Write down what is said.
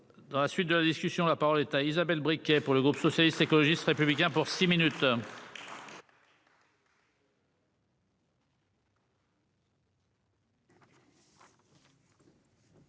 Dans la suite de la discussion, la parole est à Isabelle briquet pour le groupe socialiste, écologiste républicains pour six minutes.